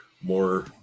more